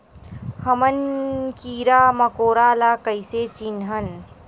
हमन कीरा मकोरा ला कइसे चिन्हन?